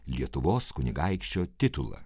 lietuvos kunigaikščio titulą